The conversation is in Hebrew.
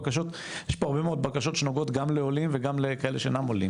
יש פה הרבה מאוד בקשות שנוגעות גם לעולים וגם לכאלו שאינם עולים,